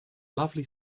lovely